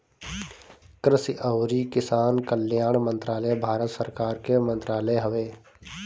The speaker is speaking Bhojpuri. कृषि अउरी किसान कल्याण मंत्रालय भारत सरकार के मंत्रालय हवे